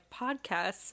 podcasts